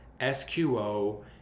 SQO